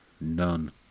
None